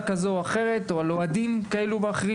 לשיעורים האלה לא קוראים שיעורי ספורט או התעמלות אלא חינוך גופני,